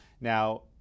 Now